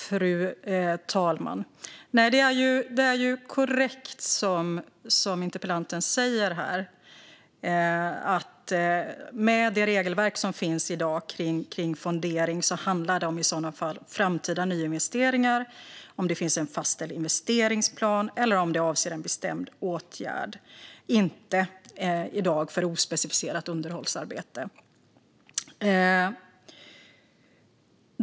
Fru talman! Det är korrekt som interpellanten säger: Med det regelverk som finns i dag kring fondering handlar det i så fall om framtida nyinvesteringar, om det finns en fastställd investeringsplan eller om det avser en bestämd åtgärd. Det gäller i dag inte för ospecificerat underhållsarbete.